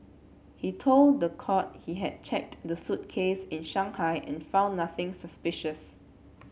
he told the court he had checked the suitcase in Shanghai and found nothing suspicious